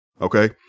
okay